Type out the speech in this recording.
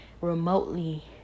remotely